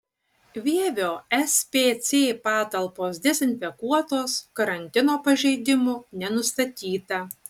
vievio spc patalpos dezinfekuotos karantino pažeidimų nenustatyta